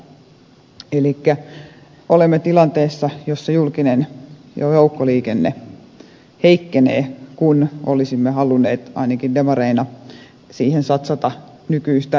elikkä olemme tilanteessa jossa joukkoliikenne heikkenee kun olisimme halunneet ainakin demareina satsata siihen nykyistä enemmän